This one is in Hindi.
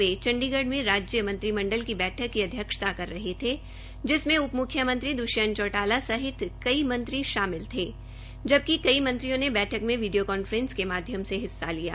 वे चंडीगढ़ मे राज्य मंत्रिमंडल की बैठक की अध्यक्षता कर रहे थे जिसमें उप म्रख्यमंत्री द्वष्यंत चौटाला सहित मंत्रीशामिल थे जबकि कई मंत्रियों ने बैठक में वीडिया कांफ्रेस के माध्यम से भाग लिया